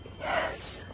Yes